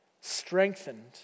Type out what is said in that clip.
strengthened